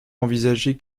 envisagé